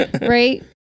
right